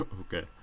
Okay